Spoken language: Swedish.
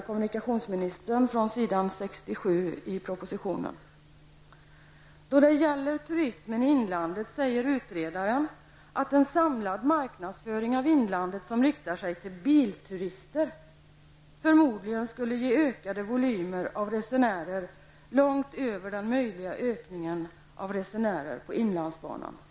Kommunikationsministern säger på s. 67 i propositionen: ''Då det gäller turismen i inlandet säger utredaren att en samlad marknadsföring av inlandet som riktar sig till bilturister förmodligen skulle ge ökade volymer av resenärer långt över den möjliga ökningen av resenärer på inlandsbanan.''